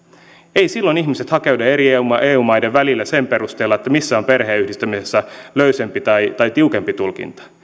ihmiset silloin hakeudu eri eu maihin sen perusteella missä on perheenyhdistämisessä löysempi tai tai tiukempi tulkinta